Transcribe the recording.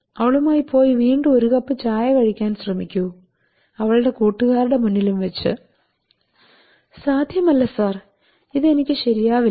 അവളുമായി പോയി വീണ്ടും ഒരു കപ്പ് ചായ കഴിക്കാൻ ശ്രമിക്കൂ അവളുടെ കൂട്ടുകാരുടെ മുന്നിലും വെച്ച് സാധ്യമല്ല സർ ഇത് എനിക്ക് ശരിയാവില്ല